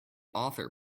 author